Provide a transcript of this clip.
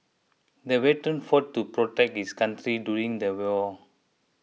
the veteran fought to protect his country during the war